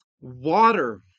water